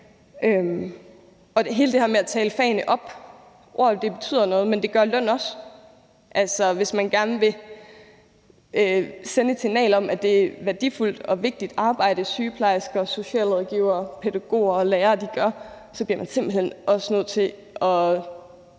hele det her med at tale fagene op, for ord betyder noget, men det gør løn også. Hvis man gerne vil sende et signal om, at det er et værdifuldt og vigtigt arbejde, sygeplejersker og socialrådgivere, pædagoger og lærere gør, så bliver man simpelt hen nødt til